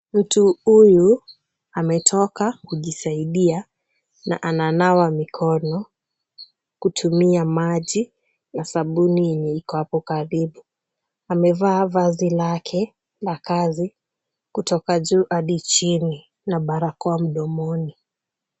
Mtu huyu ametoka kujisaidia na ananawa mikono kutumia maji na sabuni yenye iko hapo karibu. Amevaa vazi lake la kazi kutoka juu hadi chini na barakoa mdomoni.